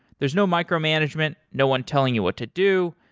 there's no micromanagement, no one telling you what to do.